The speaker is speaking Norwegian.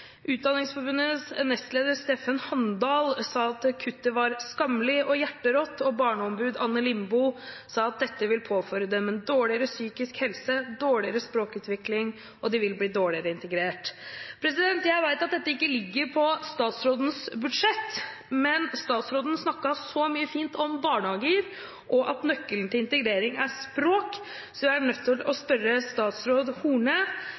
Utdanningsforbundets nestleder, Steffen Handal, sa at kuttet var skammelig og hjerterått, og barneombud Anne Lindboe sa at dette vil påføre dem en dårligere psykisk helse, dårligere språkutvikling, og de vil bli dårligere integrert. Jeg vet at dette ikke ligger på statsrådens budsjett, men statsråden snakket så fint om barnehager og om at nøkkelen til integrering er språk, så jeg er nødt til å